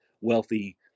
wealthy